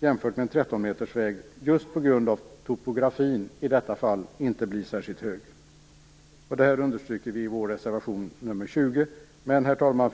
jämfört med en 13 metersväg, just på grund av topografin, inte blir särskilt hög. Detta understryker vi i vår reservation nr Herr talman!